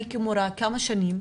אני כמורה כמה שנים,